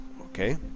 okay